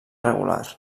regular